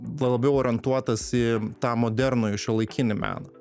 labiau orientuotas į tą modernųjį šiuolaikinį meną